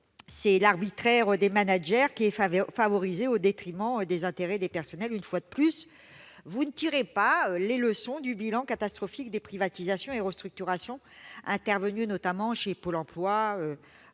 c'est l'arbitraire des managers qui est favorisé au détriment des intérêts des personnels. Une fois de plus, vous ne tirez pas les leçons du bilan catastrophique des privatisations et restructurations intervenues notamment chez Pôle emploi,